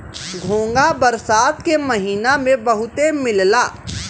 घोंघा बरसात के महिना में बहुते मिलला